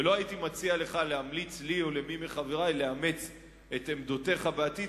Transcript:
ולא הייתי מציע לך להמליץ לי או למי מחברי לאמץ את עמדותיך בעתיד,